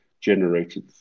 generated